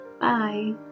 Bye